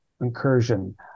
incursion